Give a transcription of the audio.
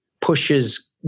pushes